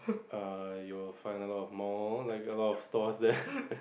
err you will find a lot of mall like a lot of stores there